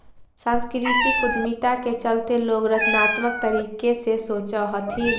सांस्कृतिक उद्यमिता के चलते लोग रचनात्मक तरीके से सोचअ हथीन